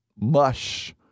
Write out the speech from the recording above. mush